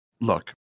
look